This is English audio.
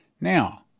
Now